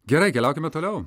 gerai keliaukime toliau